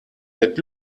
mit